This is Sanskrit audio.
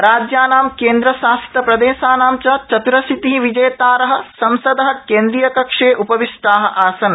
राज्यानां केन्द्रशासितप्रदेशानां च चत्रशीति विजेतार संसद केन्द्रियकक्षे उपविष्टा आसन्